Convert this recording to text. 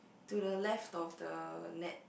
to the left of the net